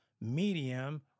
medium